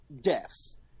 deaths